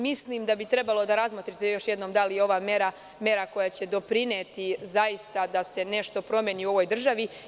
Mislim da bi trebalo da razmotrite još jednom da li je ovo mera koja će doprineti da se nešto promeni u ovoj državi.